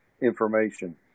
information